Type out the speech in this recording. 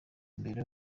imbere